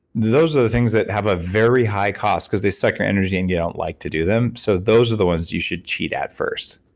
those are the things that have a very high cost because they suck your energy and you don't like to do them. so, those are the ones you should cheat at first.